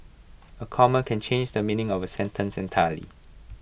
A comma can change the meaning of A sentence entirely